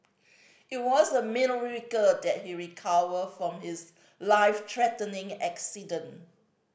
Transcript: it was a miracle that he recovered from his life threatening accident